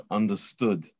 understood